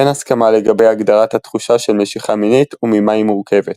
אין הסכמה לגבי הגדרת התחושה של משיכה מינית וממה היא מורכבת.